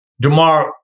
DeMar